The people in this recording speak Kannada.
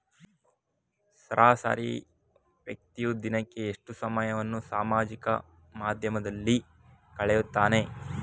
ಸರಾಸರಿ ವ್ಯಕ್ತಿಯು ದಿನಕ್ಕೆ ಎಷ್ಟು ಸಮಯವನ್ನು ಸಾಮಾಜಿಕ ಮಾಧ್ಯಮದಲ್ಲಿ ಕಳೆಯುತ್ತಾನೆ?